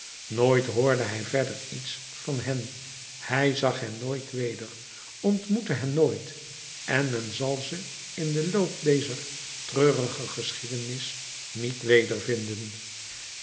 nooit hoorde hij verder iets van hen hij zag hen nooit weder ontmoette hen nooit en men zal ze in den loop dezer treurige geschiedenis niet